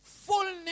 fullness